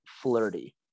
flirty